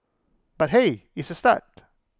but hey it's A start